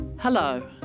Hello